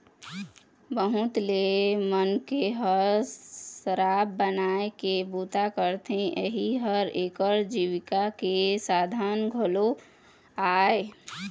बहुत ले मनखे ह शराब बनाए के बूता करथे, इहीं ह एखर जीविका के साधन घलोक आय